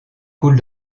coule